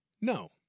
No